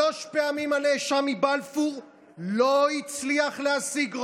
שלוש פעמים הנאשם מבלפור לא הצליח להשיג רוב,